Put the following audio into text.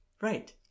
Right